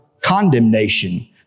condemnation